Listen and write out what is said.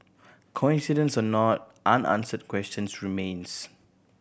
coincidence or not unanswered questions remains